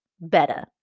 better